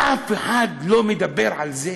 ואף אחד לא מדבר על זה.